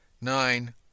Nine